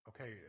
okay